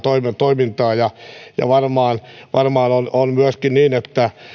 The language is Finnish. toimintaa varmaan varmaan on on myöskin niin että